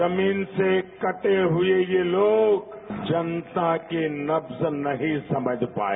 जमीन से कटे हुए ये लोग जनता की नब्ज नहीं समझ पाए